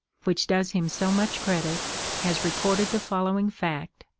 which does him so much credit, has recorded the following fact,